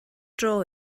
dro